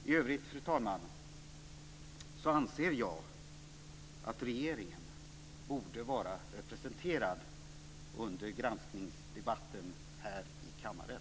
I övrigt, fru talman, anser jag att regeringen borde vara representerad under granskningsdebatten här i kammaren.